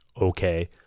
okay